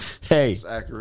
Hey